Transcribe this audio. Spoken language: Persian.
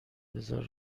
بذار